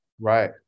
Right